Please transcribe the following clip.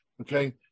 Okay